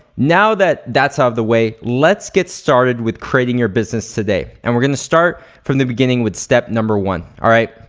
now that that's out ah of the way, let's get started with creating your business today and we're gonna start from the beginning with step number one, all right?